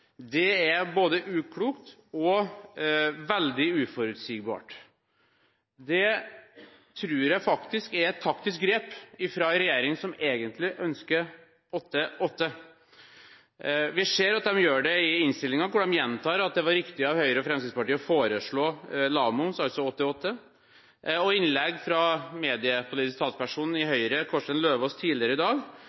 løp er både uklokt og veldig uforutsigbart. Det tror jeg faktisk er et taktisk grep fra en regjering som egentlig ønsker 8–8. Vi ser at de gjør det i innstillingen, hvor de gjentar at det var riktig av Høyre og Fremskrittspartiet å foreslå lavmoms, altså 8–8, og innlegg fra mediepolitisk talsperson i Høyre, Kårstein Eidem Løvaas, tidligere i dag